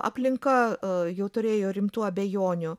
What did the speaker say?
aplinka jau turėjo rimtų abejonių